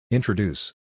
Introduce